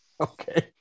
Okay